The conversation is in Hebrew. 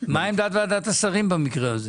מה עמדת ועדת השרים במקרה הזה?